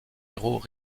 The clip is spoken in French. héros